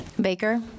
Baker